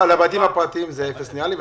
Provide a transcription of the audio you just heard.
לבתים פרטיים זה אפס, נראה לי.